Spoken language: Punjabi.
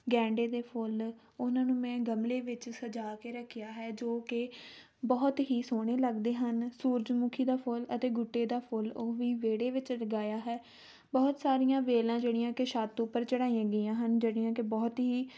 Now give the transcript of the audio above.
ਗੈਂਦੇ ਦੇ ਫੁੱਲ ਉਹਨਾਂ ਨੂੰ ਮੈਂ ਗਮਲੇ ਵਿੱਚ ਸਜਾ ਕੇ ਰੱਖਿਆ ਹੈ ਜੋ ਕਿ ਬਹੁਤ ਹੀ ਸੋਹਣੇ ਲੱਗਦੇ ਹਨ ਸੂਰਜਮੁੱਖੀ ਦਾ ਫੁੱਲ ਅਤੇ ਗੁੱਟੇ ਦਾ ਫੁੱਲ ਉਹ ਵੀ ਵਿਹੜੇ ਵਿੱਚ ਲਗਾਇਆ ਹੈ ਬਹੁਤ ਸਾਰੀਆਂ ਵੇਲਾਂ ਜਿਹੜੀਆਂ ਕਿ ਛੱਤ ਉੱਪਰ ਚੜ੍ਹਾਈਆਂ ਗਈਆਂ ਹਨ ਜਿਹੜੀਆਂ ਕਿ ਬਹੁਤ ਹੀ